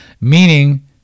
Meaning